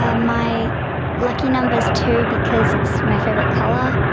ah my lucky number's two because it's my favourite colour.